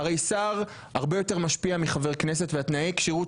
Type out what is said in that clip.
הרי שר הרבה יותר משפיע מחבר כנסת ותנאי הכשירות